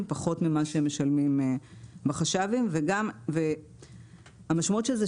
פחות ממה שהם משלמים בחש"בים והמשמעות של זה,